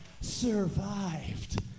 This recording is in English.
survived